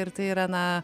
ir tai yra na